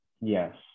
Yes